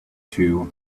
two